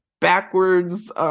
backwards